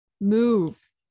Move